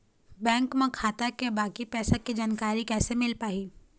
Bank म खाता के बाकी पैसा के जानकारी कैसे मिल पाही?